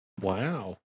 Wow